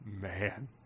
Man